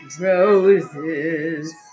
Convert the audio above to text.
roses